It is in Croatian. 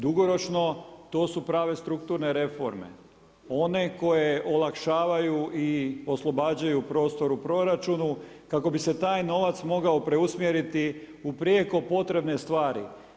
Dugoročno, to su prave strukturne reforme one koje olakšavaju i oslobađaju prostor u proračunu kako bi se taj novac mogao preusmjeriti u prijeko potrebne stvari.